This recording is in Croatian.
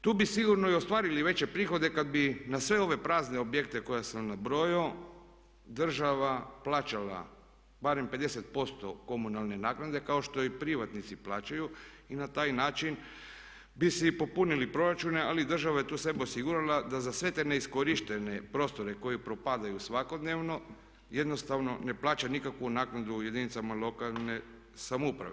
Tu bi sigurno i ostvarili veće prihode kad bi na sve ove prazne objekte koje sam nabrojao država plaćala barem 50% komunalne naknade kao što i privatnici plaćaju i na taj način bi si i popunili proračune, ali država je tu sebe osigurala da za sve te neiskorištene prostore koji propadaju svakodnevno jednostavno ne plaća nikakvu naknadu jedinicama lokalne samouprave.